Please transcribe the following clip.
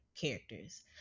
characters